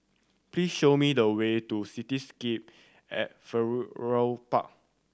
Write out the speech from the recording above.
please show me the way to Cityscape at Park